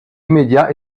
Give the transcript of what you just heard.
immédiat